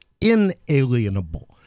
inalienable